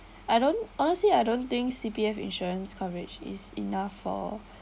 I don't honestly I don't think C_P_F insurance coverage is enough for